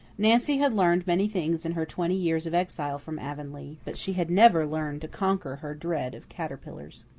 nancy had learned many things in her twenty years of exile from avonlea, but she had never learned to conquer her dread of caterpillars.